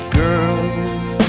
girls